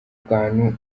kantu